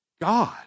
God